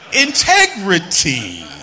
Integrity